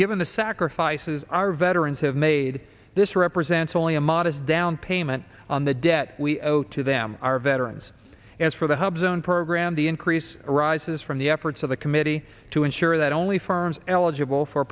given the sacrifices our veterans have made this represents only a modest downpayment on the debt we owe to them our veterans as for the hub zone program the increase arises from the efforts of the committee to ensure that only firms eligible for